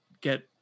get